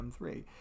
M3